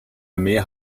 armee